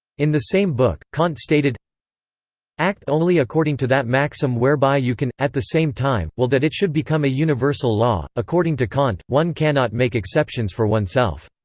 in the same book, kant stated act only according to that maxim whereby you can, at the same time, will that it should become a universal law according to kant, one cannot make exceptions for oneself.